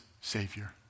savior